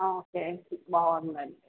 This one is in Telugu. ఓకే బాగుందండీ